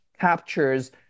captures